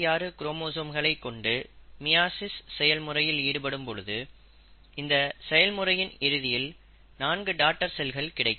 46 குரோமோசோம்களை கொண்டு meiosis cell முறையில் ஈடுபடும் பொழுது இந்த செயல்முறையின் இறுதியில் 4 டாடர் செல்கள் கிடைக்கும்